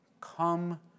Come